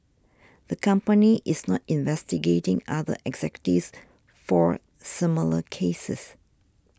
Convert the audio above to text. the company is not investigating other executives for similar cases